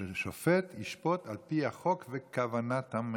ששופט ישפוט על פי החוק וכוונת המחוקק.